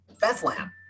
Bethlehem